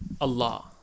Allah